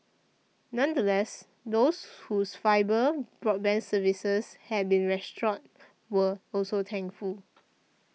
nonetheless those whose fibre broadband services had been restored were also thankful